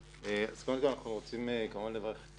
קודם כול, אנחנו רוצים כמובן לברך את